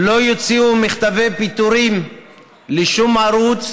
לא יוציאו מכתבי פיטורים לשום ערוץ.